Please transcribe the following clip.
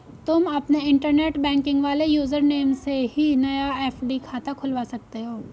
तुम अपने internet banking वाले यूज़र नेम से ही नया एफ.डी खाता खुलवा सकते हो